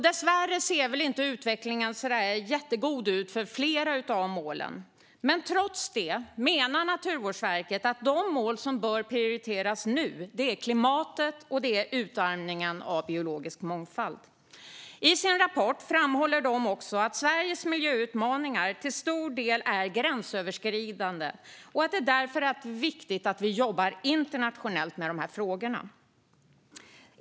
Dessvärre ser utvecklingen för flera av målen inte jättegod ut. Trots det menar Naturvårdsverket att de mål som bör prioriteras nu är klimatet och utarmningen av biologisk mångfald. I sin rapport framhåller man också att Sveriges miljöutmaningar till stor del är gränsöverskridande och att det därför är viktigt att vi jobbar internationellt med dessa frågor.